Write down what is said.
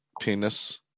penis